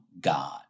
God